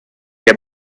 der